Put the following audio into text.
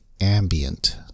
ambient